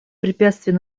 препятствия